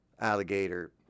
alligator